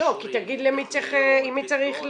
לא, כי תגיד עם מי צריך לדבר.